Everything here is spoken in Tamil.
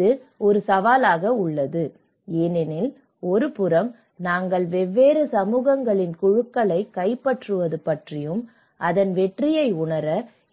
இது ஒரு சவாலாக உள்ளது ஏனெனில் ஒருபுறம் நாங்கள் வெவ்வேறு சமூகங்களின் குழுக்களைக் கைப்பற்றுவது பற்றியும் அதன் வெற்றியை உணர